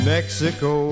Mexico